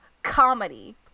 Comedy